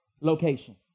location